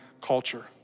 culture